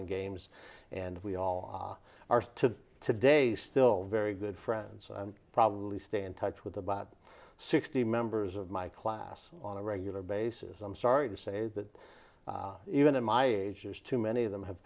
and games and we all are to today still very good friends and probably stay in touch with about sixty members of my class on a regular basis i'm sorry to say that even at my age there's too many of them have